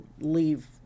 leave